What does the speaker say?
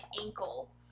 ankle